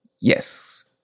Yes